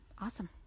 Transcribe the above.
awesome